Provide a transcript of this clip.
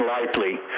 lightly